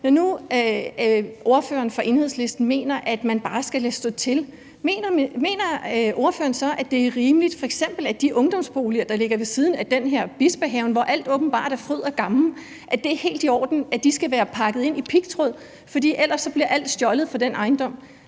Når nu ordføreren for Enhedslisten mener, at man bare skal lade stå til, mener han så f.eks., det er rimeligt, at de ungdomsboliger, der ligger ved siden af Bispehaven, hvor alt åbenbart er fryd og gammen, skal være pakket ind i pigtråd, for ellers bliver alt stjålet fra den ejendom?